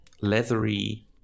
leathery